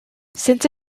since